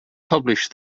publish